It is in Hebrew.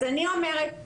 אז אני אומרת לך,